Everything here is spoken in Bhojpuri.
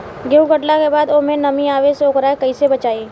गेंहू कटला के बाद ओमे नमी आवे से ओकरा के कैसे बचाई?